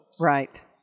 Right